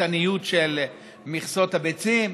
את הניוד של מכסות הביצים,